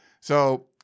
So-